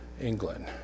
England